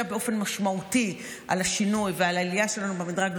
באופן משמעותי על השינוי ועל עלייה שלנו במדרג,